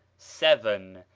seven.